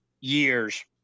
years